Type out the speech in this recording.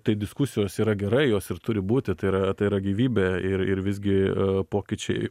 tai diskusijos yra gerai jos ir turi būti tai yra tai yra gyvybė ir ir visgi pokyčiai